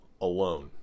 alone